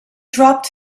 dropped